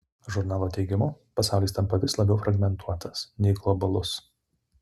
žurnalo teigimu pasaulis tampa vis labiau fragmentuotas nei globalus